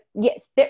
yes –